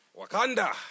Wakanda